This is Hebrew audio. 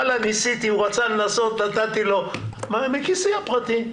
רצה לנסות - נתתי לו מכיסי הפרטי.